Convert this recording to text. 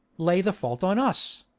lay the fault on us.